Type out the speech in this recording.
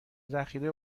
ذخیره